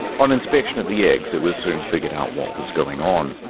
on inspection of the eggs, it was soon figured out what was going on.